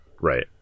right